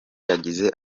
yagize